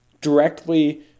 directly